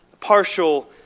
partial